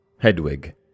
HEDWIG